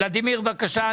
ולדימיר, בבקשה.